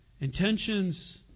Intentions